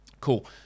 Cool